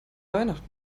weihnacht